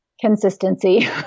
Consistency